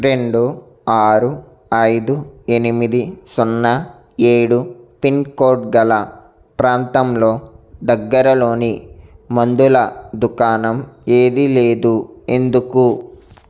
రెండు ఆరు ఐదు ఎనిమిది సున్నా ఏడు పిన్కోడ్ గల ప్రాంతంలో దగ్గరలోని మందుల దుకాణం ఏదీ లేదు ఎందుకు